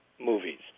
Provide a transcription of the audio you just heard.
movies